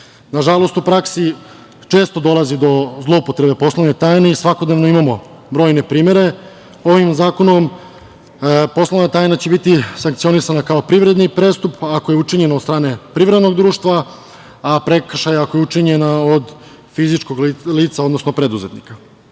otkrivaju. Nažalost, u praksi često dolazi do zloupotrebe poslovne tajne i svakodnevno imao brojne primere. Ovim zakonom poslovna tajna će biti sankcionisana kao privredni prestup, ako je učinjeno od strane privrednog društva, a prekršaj ako je učinjen od fizičkog lica, odnosno preduzetnika. Nadam